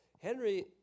Henry